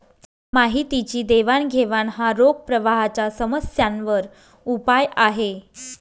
माहितीची देवाणघेवाण हा रोख प्रवाहाच्या समस्यांवर उपाय आहे